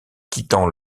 quittant